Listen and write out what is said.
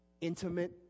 Intimate